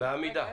בעמידה.